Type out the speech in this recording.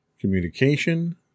Communication